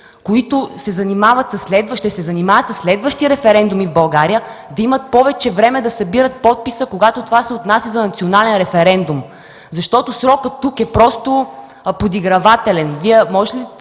които ще се занимават със следващи референдуми в България, да имат повече време да събират подписи, когато това се отнася за национален референдум. Защото срокът тук е просто подигравателен!